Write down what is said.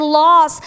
loss